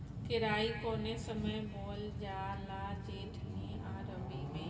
केराई कौने समय बोअल जाला जेठ मैं आ रबी में?